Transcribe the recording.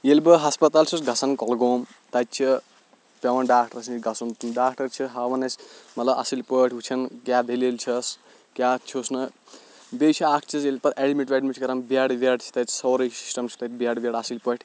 ییٚلہِ بہٕ ہسپتال چھُس گژھان کۄلگوم تَتہِ چھِ پیوان ڈاکٹرس نِش گژھُن ڈاکٹر چھِ ہاوان اَسہِ مطلب اَصٕل پٲٹھۍ وٕچھان کیاہ دٔلیٖل چھَس کیاہ چھُس نہٕ بیٚیہِ چھ اکھ چیٖز ییٚلہِ پَتہٕ ایڈمِٹ وِیڈمِٹ چھِ کران بیڈ ویڈ چھِ تَتہِ سورُے سِسٹم چھُ تَتہِ بیڈ ویڈ اَصٕل پٲٹھۍ